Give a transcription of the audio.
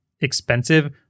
expensive